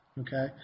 okay